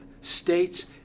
states